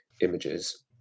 images